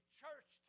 church